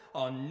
on